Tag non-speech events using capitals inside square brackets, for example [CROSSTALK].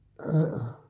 [UNINTELLIGIBLE]